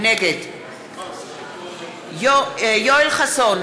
נגד יואל חסון,